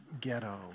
ghetto